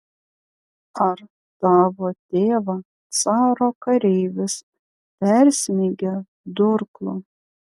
ar tavo tėvą caro kareivis persmeigė durklu